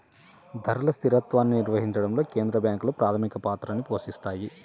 ధరల స్థిరత్వాన్ని నిర్వహించడంలో కేంద్ర బ్యాంకులు ప్రాథమిక పాత్రని పోషిత్తాయి